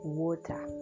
water